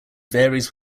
varies